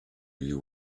you